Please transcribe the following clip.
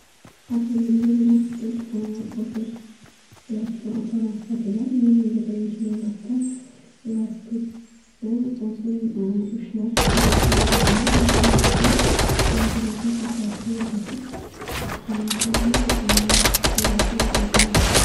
Farzandimga velosiped o'ragatayotgan ota ona sifatida men unga birinchi navbatda velosipedni o'zim ushlab haydashni o'rgataman va shundan so'ng muvozanatni saqlashni o'rgatib qanday haydashni o'rgataman.